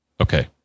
Okay